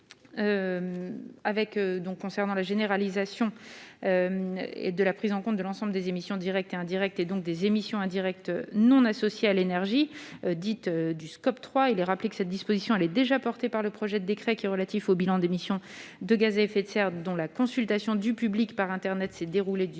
concernant la généralisation et de la prise en compte de l'ensemble des émissions directes et indirectes, et donc des émissions indirectes non associés à l'énergie dite du scope 3 il est rappelé que cette disposition avait déjà porté par le projet de décret qui est relatif au bilan d'émissions de gaz à effet de serre dont la consultation du public par internet s'est déroulé du 19